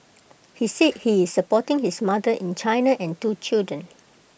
he said he is supporting his mother in China and two children